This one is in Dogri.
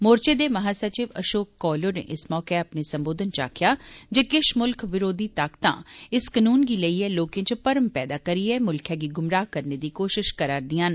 मोर्चे दे महासचिव अशोक कौल होरें इस मौके अपने संबोघनै च आक्खेआ जे किश मुल्ख विरोधी ताकता इस कनून गी लेईए लोके च भरम पैदा करिए मुल्खै गी गुमराह करने दी कोश्ट करा'रदियां न